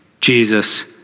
Jesus